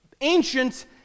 ancient